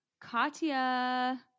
Katya